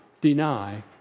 deny